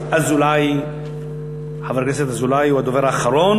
אז חבר הכנסת אזולאי הוא הדובר האחרון.